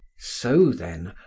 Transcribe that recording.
so then,